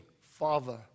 father